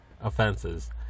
offenses